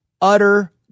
utter